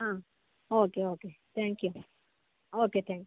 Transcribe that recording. ಹಾಂ okay okay thank you okay thank you